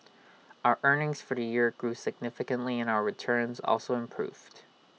our earnings for the year grew significantly and our returns also improved